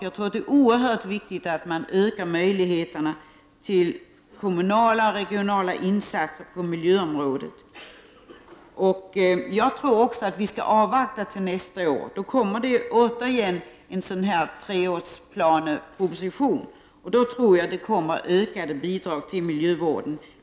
Jag tror att det är viktigt att öka möjligheterna till kommunala och regionala insatser på miljöområdet. Jag tror också att vi skall avvakta till nästa år. Då kommer det återigen en treårsplaneproposition, som jag tror innebär ökade bidrag till miljövården.